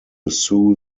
sue